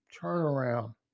turnaround